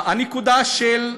הנקודה של,